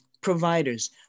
providers